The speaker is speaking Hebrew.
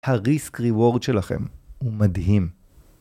ה-risk reward שלכם הוא מדהים.